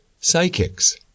psychics